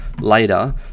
later